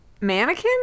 Mannequin